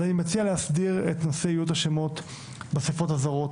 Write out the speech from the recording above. אז אני מציע להסדיר את נושא איות השמות בשפות הזרות,